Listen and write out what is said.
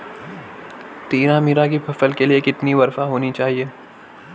तारामीरा की फसल के लिए कितनी वर्षा होनी चाहिए?